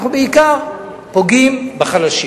אנחנו בעיקר פוגעים בחלשים.